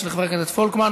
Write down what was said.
של חבר הכנסת פולקמן,